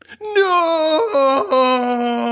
No